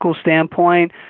standpoint